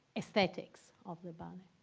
aesthetics of the ballet.